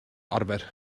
arfer